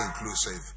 inclusive